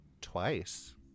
twice